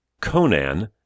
Conan